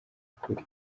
ukuri